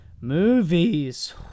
movies